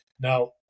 Now